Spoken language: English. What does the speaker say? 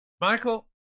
Michael